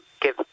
give